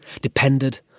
depended